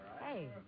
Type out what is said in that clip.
Hey